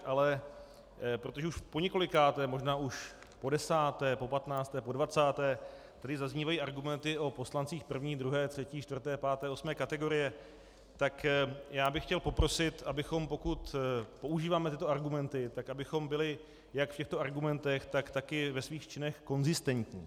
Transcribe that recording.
Ale protože už poněkolikáté, možná už podesáté, popatnácté, podvacáté tady zaznívají argumenty o poslancích první, druhé, třetí, čtvrté, páté, osmé kategorie, tak já bych chtěl poprosit, pokud používáme tyto argumenty, abychom byli jak v těchto argumentech, tak taky ve svých činech konzistentní.